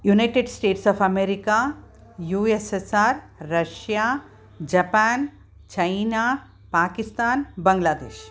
United States of America U S S R Russia Japan China Pakistan Bangladesh